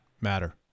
matter